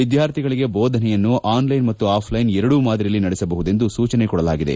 ವಿದ್ಯಾರ್ಥಿಗಳಿಗೆ ಬೋಧನೆಯನ್ನು ಆನ್ಲೈನ್ ಮತ್ತು ಆಫ್ಲೈನ್ ಎರಡೂ ಮಾದರಿಯಲ್ಲಿ ನಡೆಸಬಹುದೆಂದು ಸೂಚನೆ ಕೊಡಲಾಗಿದೆ